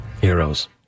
Heroes